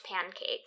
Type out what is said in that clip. pancake